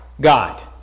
God